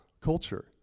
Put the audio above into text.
culture